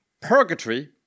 Purgatory